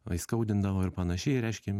o įskaudino ir panašiai reiškia